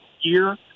year